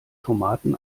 tomaten